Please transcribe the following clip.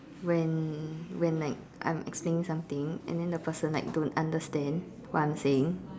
when when like I'm explaining something and then the person like don't understand what I am saying